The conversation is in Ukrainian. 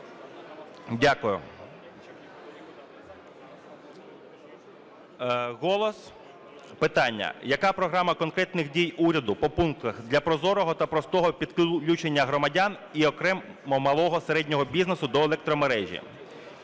Дякую. "Голос", питання. "Яка програма конкретних дій уряду, по пунктах, для прозорого та простого підключення громадян і окремо малого, середнього бізнесу до електромережі?"